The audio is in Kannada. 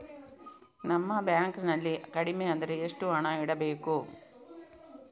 ನಮ್ಮ ಬ್ಯಾಂಕ್ ನಲ್ಲಿ ಕಡಿಮೆ ಅಂದ್ರೆ ಎಷ್ಟು ಹಣ ಇಡಬೇಕು?